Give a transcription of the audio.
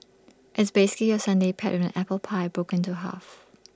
it's basically your sundae paired with an apple pie broken into half